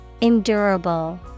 Endurable